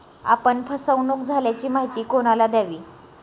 आपण फसवणुक झाल्याची माहिती कोणाला द्यावी?